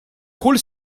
kull